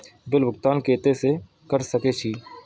Bill भुगतान केते से कर सके छी?